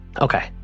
Okay